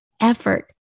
effort